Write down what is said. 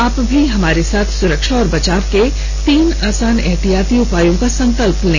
आप भी हमारे साथ सुरक्षा और बचाव के तीन आसान एहतियाती उपायों का संकल्प लें